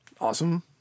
Awesome